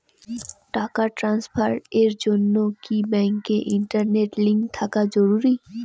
টাকা ট্রানস্ফারস এর জন্য কি ব্যাংকে ইন্টারনেট লিংঙ্ক থাকা জরুরি?